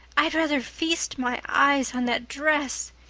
i'd rather feast my eyes on that dress.